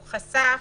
הוא חשף,